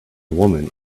woman